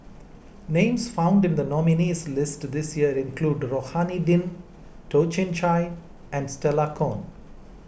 names found in the nominees' list this year include Rohani Din Toh Chin Chye and Stella Kon